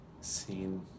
seen